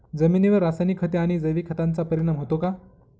जमिनीवर रासायनिक खते आणि जैविक खतांचा परिणाम होतो का?